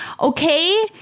okay